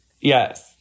Yes